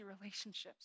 relationships